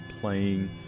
playing